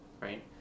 right